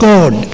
God